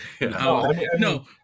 No